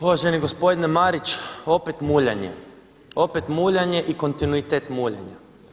Uvaženi gospodine Marić, opet muljanje, opet muljanje i kontinuitet muljanja.